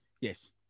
Yes